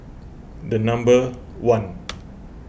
the number one